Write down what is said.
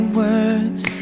words